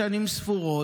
בתוך שנים ספורות,